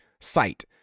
site